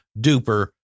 duper